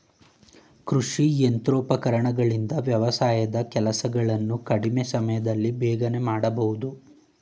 ಕೃಷಿ ಯಂತ್ರೋಪಕರಣಗಳಿಂದ ವ್ಯವಸಾಯದ ಕೆಲಸಗಳನ್ನು ಕಡಿಮೆ ಸಮಯದಲ್ಲಿ ಬೇಗನೆ ಮಾಡಬೋದು